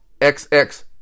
XX